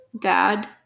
dad